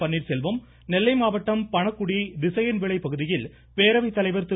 பன்னீர்செல்வம் நெல்லை மாவட்டம் பனக்குடி திசையன்விளை பகுதியில் பேரவைத் தலைவர் திரு